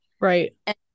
right